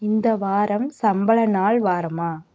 இந்த வாரம் சம்பள நாள் வாரமா